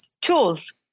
tools